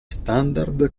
standard